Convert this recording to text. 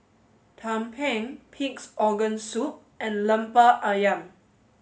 Tumpeng Pig's organ soup and Lemper Ayam